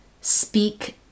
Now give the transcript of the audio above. speak